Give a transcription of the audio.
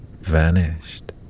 vanished